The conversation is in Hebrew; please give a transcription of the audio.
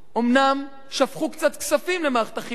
אומנם שפכו קצת כספים במערכת החינוך,